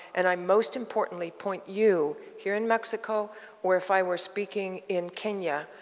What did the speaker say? and i most importantly point you, here in mexico or if i were speaking in kenya,